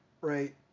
Right